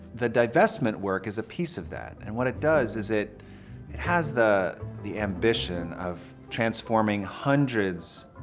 the divestment work is a piece of that and what it does is it it has the the ambition of transforming hundreds,